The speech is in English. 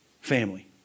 Family